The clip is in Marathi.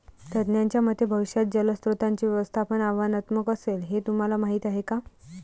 तज्ज्ञांच्या मते भविष्यात जलस्रोतांचे व्यवस्थापन आव्हानात्मक असेल, हे तुम्हाला माहीत आहे का?